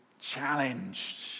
challenged